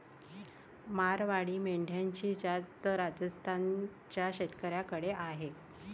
मारवाडी मेंढ्यांची जात राजस्थान च्या शेतकऱ्याकडे आहे